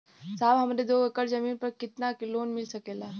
साहब हमरे दो एकड़ जमीन पर कितनालोन मिल सकेला?